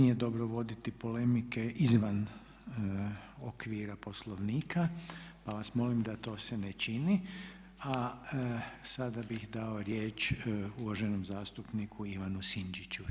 Nije dobro voditi polemike izvan okvira Poslovnika, pa vas molim da to se ne čini, a sada bih dao riječ uvaženom zastupniku Ivanu Sinčiću.